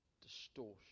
Distortion